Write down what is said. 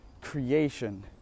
creation